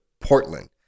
Portland